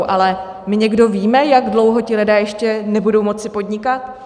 Ale my někdo víme, jak dlouho ti lidé ještě nebudou moci podnikat?